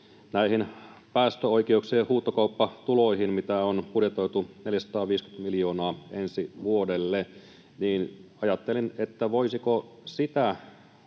näihin päästöoikeuksien huutokauppatuloihin, mitä on budjetoitu 450 miljoonaa ensi vuodelle. Ajattelin, että voisiko sitä